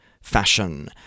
fashion